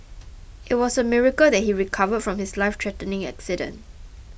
it was a miracle that he recovered from his life threatening accident